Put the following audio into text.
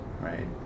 right